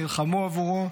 נלחמו עבורו,